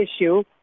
issue